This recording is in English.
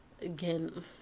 again